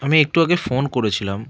আমি একটু আগে ফোন করেছিলাম